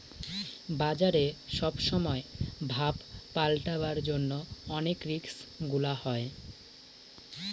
বাজারে সব সময় ভাব পাল্টাবার জন্য অনেক রিস্ক গুলা হয়